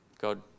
God